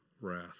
wrath